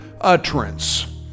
utterance